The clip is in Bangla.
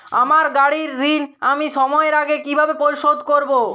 আমার গাড়ির ঋণ আমি সময়ের আগে কিভাবে পরিশোধ করবো?